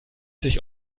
sich